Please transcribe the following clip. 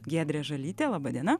giedrė žalytė laba diena